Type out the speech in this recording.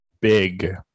Big